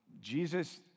jesus